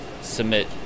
submit